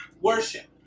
worship